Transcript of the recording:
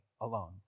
alone